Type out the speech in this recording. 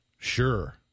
Sure